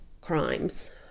crimes